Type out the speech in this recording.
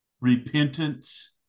repentance